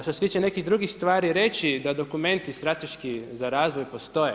Što se tiče nekih drugih stvari, reći da dokumenti strateški, za razvoj postoje.